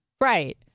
Right